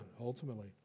ultimately